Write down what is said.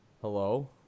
Hello